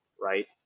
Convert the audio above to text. right